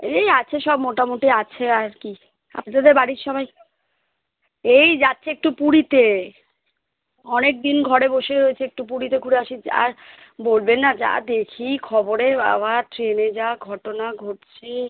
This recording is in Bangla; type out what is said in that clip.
এই আছে সব মোটামুটি আছে আর কি আপনাদের বাড়ির সবাই এই যাচ্ছি একটু পুরীতে অনেক দিন ঘরে বসে রয়েছে একটু পুরীতে ঘুরে আসি আর বলবেন না যা দেখি খবরে বাবা ট্রেনে যা ঘটনা ঘটছে